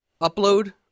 Upload